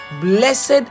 blessed